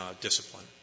discipline